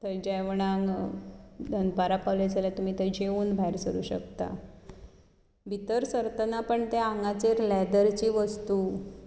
थंय जेवणाक दनपारां पावले जाल्यार तुमी थंय जेवून भायर सरूं शकता भितर सरतना पण थंय आंगाचेर लेदराच्यो वस्तू